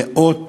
מאות